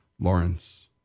Lawrence